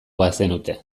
bazenute